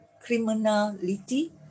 Criminality